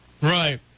Right